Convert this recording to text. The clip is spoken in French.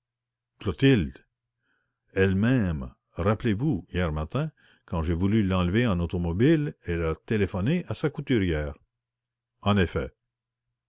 clotilde rappelez-vous hier matin quand j'ai voulu l'enlever en automobile elle a téléphoné à sa couturière en effet